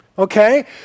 okay